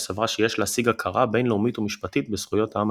שסברה שיש להשיג הכרה בינלאומית ומשפטית בזכויות העם